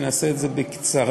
שנעשה את זה בקצרה,